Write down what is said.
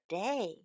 day